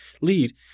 lead